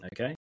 okay